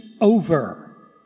over